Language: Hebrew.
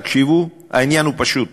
תקשיבו, העניין הוא פשוט